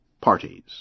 parties